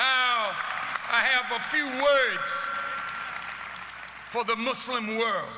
bed i have a few words for the muslim world